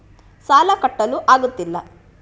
ಸಾಲ ಕಟ್ಟಲು ಆಗುತ್ತಿಲ್ಲ